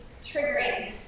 triggering